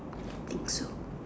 I think so